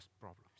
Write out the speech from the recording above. problems